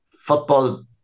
football